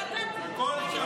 אני לא אמרתי בכלל, איפה היית.